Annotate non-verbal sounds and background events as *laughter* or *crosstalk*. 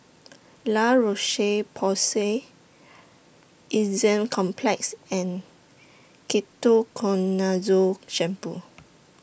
La Roche Porsay *unintelligible* Complex and Ketoconazole Shampoo